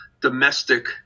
domestic